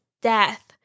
death